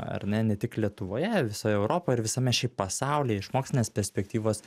ar ne ne tik lietuvoje visoje europoje ir visame šiaip pasaulyje iš mokslinės perspektyvos